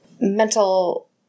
mental